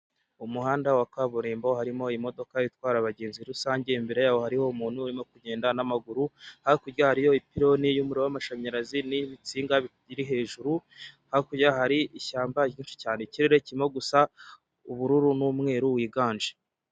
Umuhanda wa kaburimbo harimo imodoka itwara abagenzi rusange imbere yaho hariho umuntu urimo kugenda n'amaguru hakurya hariyo ipoto y'umuriro w'amashanyarazi n'ibisinga biri hejuru hakurya hari ishyamba ryinshi cyane ikirere kiri gusa ubururu n'umweru wiganje.